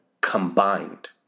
combined